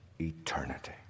eternity